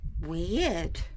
Weird